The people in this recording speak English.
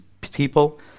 people